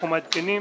ואנחנו מעדכנים,